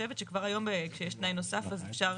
חושבת שכבר היום כשיש תנאי נוסף אז אפשר,